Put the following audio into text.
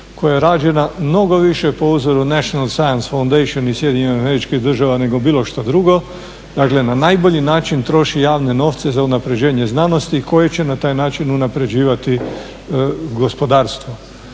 koja je rađena mnogo više po uzoru na National science foundation iz SAD-a nego bilo što drugo, dakle na najbolji način troši javne novce za unapređenje znanosti koji će na taj način unapređivati gospodarstvo.